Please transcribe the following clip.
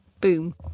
Boom